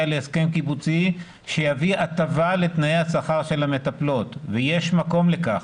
להסכם קיבוצי שיביא הטבה לתנאי השכר של המטפלות ויש מקום לכך.